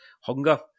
hunger